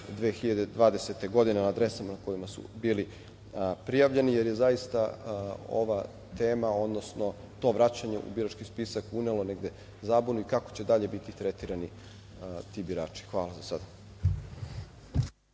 2020. godine na adresama na kojima su bili prijavljeni, jer je zaista ova tema, odnosno to vraćanje u birački spisak unela negde zabunu i kako će dalje biti tretirani ti birači? Hvala za sada.